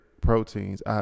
proteins